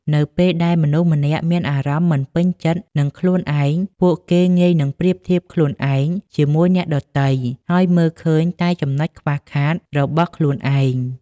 នៅពេលដែលមនុស្សម្នាក់មានអារម្មណ៍មិនពេញចិត្តនឹងខ្លួនឯង ពួកគេងាយនឹងប្រៀបធៀបខ្លួនឯងជាមួយអ្នកដទៃ ហើយមើលឃើញតែចំណុចខ្វះខាតរបស់ខ្លួនឯង។